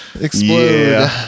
Explode